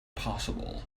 possible